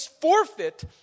forfeit